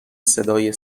صدای